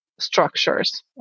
structures